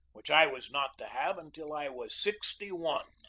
which i was not to have until i was sixty-one.